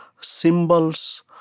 symbols